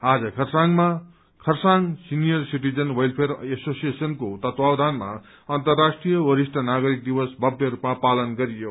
आज खरसाङमा Kurseong senior citizen welfare एसोसिएशनको तत्वावधानमा अन्तर्राष्ट्रीय वरिष्ठ नागरिक दिवस भव्य रूपमा पानल गरियो